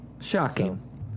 Shocking